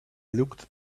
looked